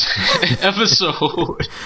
episode